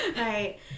Right